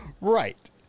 Right